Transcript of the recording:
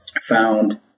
found